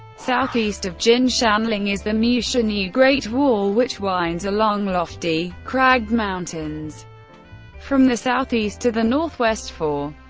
southeast of jinshanling is the mutianyu great wall which winds along lofty, cragged mountains from the southeast to the northwest for.